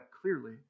clearly